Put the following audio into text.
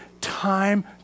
time